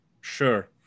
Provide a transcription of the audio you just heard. Sure